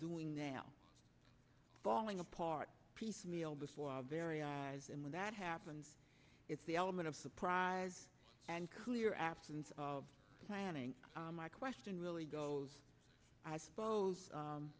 doing now falling apart piecemeal before our very eyes and when that happens it's the element of surprise and clear absence of planning my question really goes i suppose